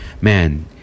man